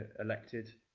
elected.